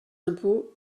impôts